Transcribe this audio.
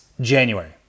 January